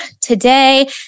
today